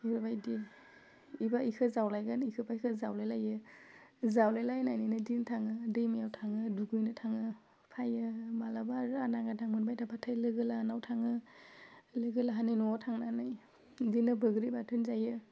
बेफोरबायदि बिबो बिखौ जावलायगोन बिखौबा बिखौ जावलायलायो जावलायलायनानैनो दिन थाङो दैमायाव थाङो दुगैनो थाङो फैयो मालाबा आरो आलां गादां मोनबाय थाबाथाय लोगोलाहानाव थाङो लोगो लाहानि न'वाव थांनानै बिदिनो बैग्रि बाथोन जायो